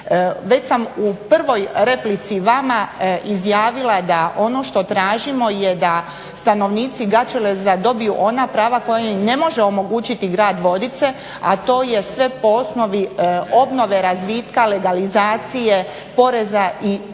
Već sam u prvoj replici vama izjavila da ono što tražimo da stanovnici Gaćeleza dobiju ona prava koja im ne može omogućiti grad Vodice a to je sve po osnovi obnove razvitka, legalizacije, poreza i tih